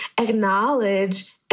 acknowledge